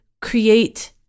create